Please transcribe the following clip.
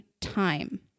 time